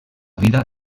vida